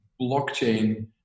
blockchain